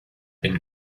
been